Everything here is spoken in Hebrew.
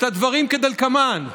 את הדברים כדלקמן.